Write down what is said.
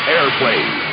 Airplane